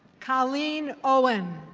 colleen owen.